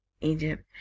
Egypt